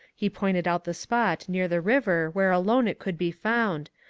he pointed out the spot near the river where alone it could be found,